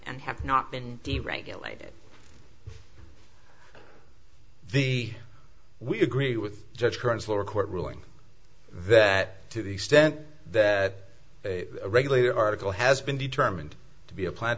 and have not been deregulated the we agree with judge kerns lower court ruling that to the extent that a regulator article has been determined to be a plant